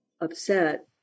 upset